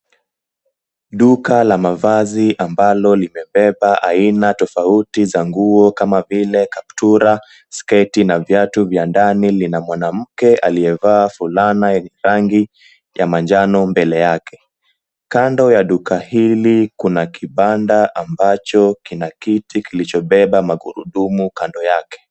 Duka la mavazi ambalo limebeba aina tofauti za nguo kama vile kaptura, sketi na viatu vya ndani lina mwanamke aliyevaa fulana ya rangi ya manjano mbele yake. Kando ya duka hili kuna kibanda ambacho kina kiti kilichobeba magurudumu kando yake.